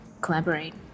collaborate